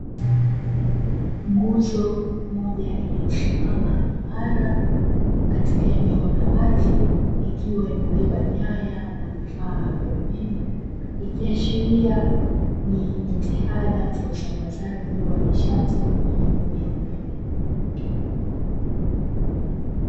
Nguzo moja iliyosimama imara katika eneo la wazi ikiwa imebeba nyaya na vifaa vya umeme, ikiashiria ni jitahada za usambazaji wa nishati muhimu ya umeme.